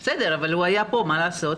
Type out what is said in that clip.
בסדר, אבל הוא היה פה, מה לעשות?